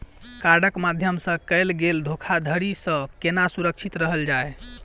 कार्डक माध्यम सँ कैल गेल धोखाधड़ी सँ केना सुरक्षित रहल जाए?